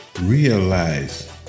realize